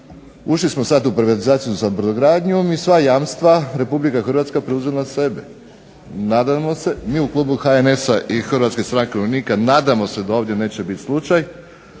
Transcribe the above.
Ušli smo sad u privatizaciju sa brodogradnjom, i sva jamstva Republika Hrvatske preuzela na sebe. Nadamo se, mi u klubu HNS-a i Hrvatske stranke umirovljenika nadamo se da ovdje neće biti slučaj,